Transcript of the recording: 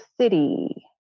City